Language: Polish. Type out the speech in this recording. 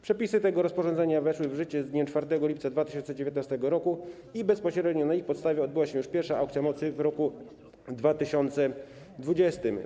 Przepisy tego rozporządzenia weszły w życie z dniem 4 lipca 2019 r. i bezpośrednio na ich podstawie odbyła się już pierwsza aukcja mocy w roku 2020.